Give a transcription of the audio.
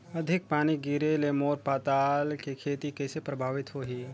अधिक पानी गिरे ले मोर पताल के खेती कइसे प्रभावित होही?